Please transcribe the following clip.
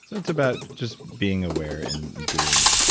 it's about just being aware and doing,